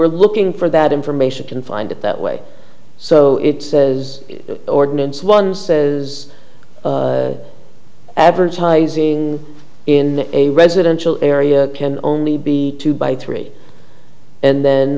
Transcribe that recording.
are looking for that information can find it that way so it says the ordinance one says advertising in a residential area can only be two by three and then